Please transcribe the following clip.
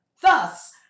Thus